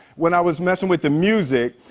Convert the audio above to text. when i was messing with the music,